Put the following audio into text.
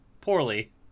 Poorly